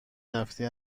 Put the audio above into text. رفتی